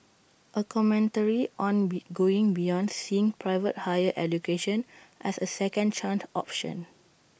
A commentary on be going beyond seeing private higher education as A second chance option